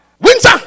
winter